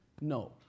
No